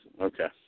Okay